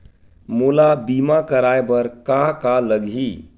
मोला बीमा कराये बर का का लगही?